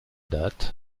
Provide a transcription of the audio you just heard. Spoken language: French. date